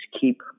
keep